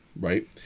right